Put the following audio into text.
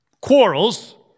Quarrels